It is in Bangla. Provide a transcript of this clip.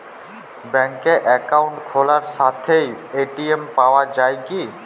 ব্যাঙ্কে অ্যাকাউন্ট খোলার সাথেই এ.টি.এম কার্ড পাওয়া যায় কি?